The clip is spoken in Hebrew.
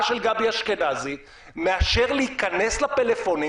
של גבי אשכנזי מאשר להיכנס לפלאפונים.